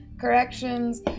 corrections